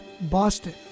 Boston